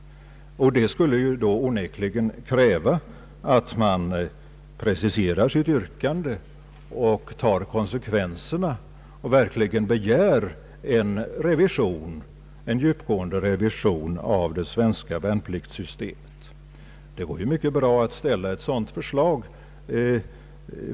Det skulle onekligen kräva att man preciserar sitt yrkande och tar konsekvenserna samt verkligen begär en djupgående revision av det svenska värnpliktssystemet, Det går ju mycket bra att ställa ett sådant förslag.